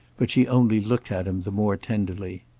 but she only looked at him the more tenderly.